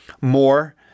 more